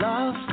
Love